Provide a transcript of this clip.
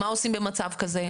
מה עושים במצב כזה?